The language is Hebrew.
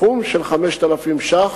סכום של 5,000 שקלים.